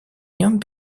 нем